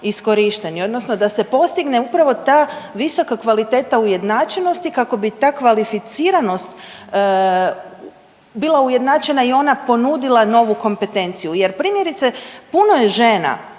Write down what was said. iskorišteni odnosno da se postigne upravo ta visoka kvaliteta ujednačenosti i kako bi ta kvalificiranost bila ujednačena i ona ponudila novu kompetenciju. Jer primjerice puno je žena